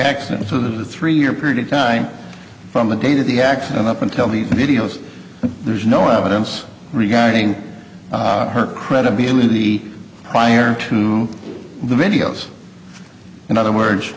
accident so the three year period of time from the date of the accident up until the videos there's no evidence regarding her credibility prior to the videos in other words